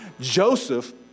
Joseph